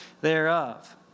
thereof